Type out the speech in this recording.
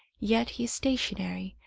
yet he is stationary,